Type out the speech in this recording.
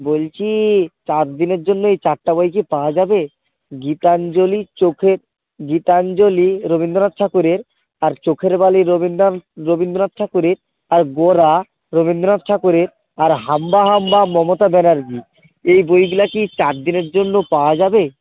বলছি চার দিনের জন্য এই চারটে বই কি পাওয়া যাবে গীতাঞ্জলি চোখের গীতাঞ্জলি রবীন্দ্রনাথ ঠাকুরের আর চোখের বালি রবীন্দ্রনাথ ঠাকুরের আর গোরা রবীন্দ্রনাথ ঠাকুরের আর হাম্বা হাম্বা মমতা ব্যানার্জি এই বইগুলো কি চার দিনের জন্য পাওয়া যাবে